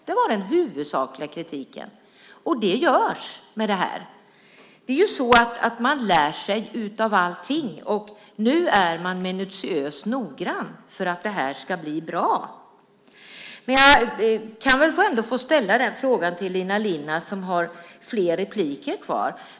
Det var den huvudsakliga kritiken, och det görs med det här. Man lär sig av allting, och nu är man minutiöst noggrann, för att det här ska bli bra. Jag kan väl ändå få ställa en fråga till Elina Linna, som har en replik kvar.